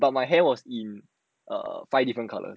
but my hair was in err five different colours